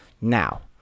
now